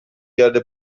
گرده